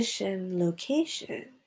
location